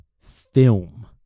film